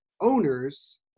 owners